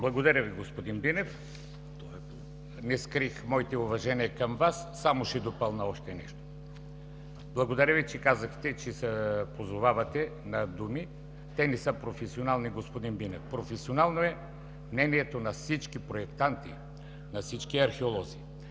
Благодаря Ви, господин Бинев. Не скрих моите уважения към Вас. Само ще допълня още нещо. Благодаря Ви, че казахте, че се позовавахте на думи. Те не са професионални, господин Бинев. Професионално е мнението на всички проектанти, на всички археолози,